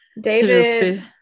David